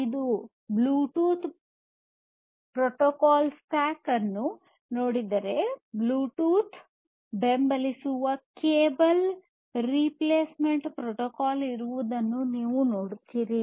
ನೀವು Bluetooth protocol stack ಅನ್ನು ನೋಡಿದರೆ ಬ್ಲೂಟೂತ್ ಬೆಂಬಲಿಸುವ ಕೇಬಲ್ ರಿಪ್ಲೇಸ್ಮೆಂಟ್ ಪ್ರೋಟೋಕಾಲ್ ಇರುವುದನ್ನು ನೀವು ನೋಡುತ್ತೀರಿ